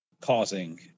causing